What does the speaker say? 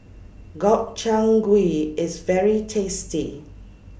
Gobchang Gui IS very tasty